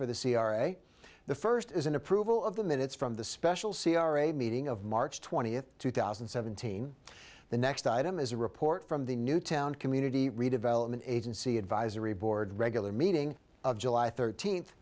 for the c r a the first is an approval of the minutes from the special c r a meeting of march twentieth two thousand and seventeen the next item is a report from the newtown community redevelopment agency advisory board regular meeting of july thirteenth